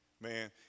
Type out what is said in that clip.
Man